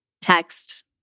Text